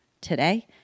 today